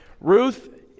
Ruth